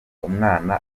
umwana